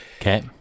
Okay